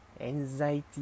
Anxiety